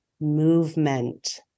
movement